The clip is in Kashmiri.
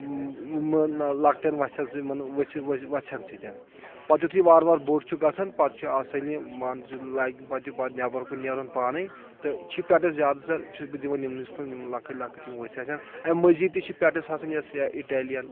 یِم لۄکٹؠن وژھؠن وژھؠن سۭتۍ پتہٕ یُتھُے وارٕ وارٕ بوٚڑ چھُ گژھان پتہٕ چھُ آسَان یہِ مان ژٕ لاگہِ پتہٕ پَتہٕ نؠبر کُن نیرُن پانے تہٕ پیٹھٕ زیادٕ سر چھُس بہٕ دِوان یِمنٕےٚ کُن یِم لۄکٕٹۍ لۄکٕٹۍ یِم ؤژھِ آسن اَمہِ مٔزیٖد تہِ چھِ پیٹس آسان یۄس اِٹیٚلِیَن